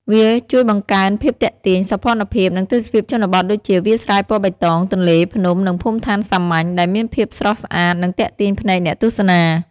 វាជួយបង្កើនភាពទាក់ទាញ សោភ័ណភាព និងទេសភាពជនបទដូចជា វាលស្រែពណ៌បៃតង ទន្លេ ភ្នំ និងភូមិឋានសាមញ្ញ ដែលមានភាពស្រស់ស្អាតនិងទាក់ទាញភ្នែកអ្នកទស្សនា។